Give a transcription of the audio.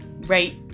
Right